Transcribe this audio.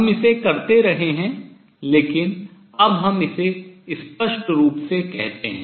हम इसे करते रहे हैं लेकिन अब हम इसे स्पष्ट रूप से कहते हैं